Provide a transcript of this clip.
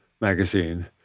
magazine